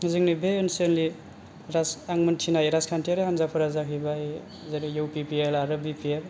जोंनि बे ओनसोलनि आं मोनथिनाय राजखान्थियारि हान्जाफोरा जाहैबाय जेरै इउ पि पि एल आरो बि पि एफ